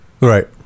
Right